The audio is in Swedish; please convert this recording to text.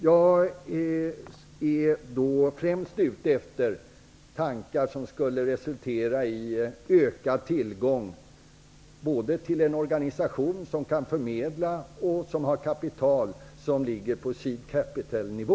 Jag är främst ute efter tankar som skulle resultera i ökad tillgång till en organisation som både kan förmedla och som har kapital som ligger på seed capital-nivå.